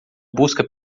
busca